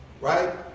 Right